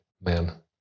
man